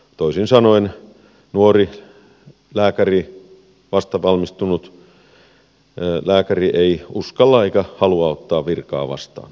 toisin sanoen nuori lääkäri vastavalmistunut lääkäri ei uskalla eikä halua ottaa virkaa vastaan